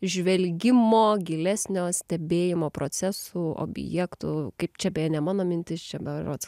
žvelgimo gilesnio stebėjimo procesų objektų kaip čia beje ne mano mintis čia berods